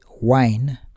wine